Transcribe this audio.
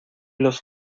los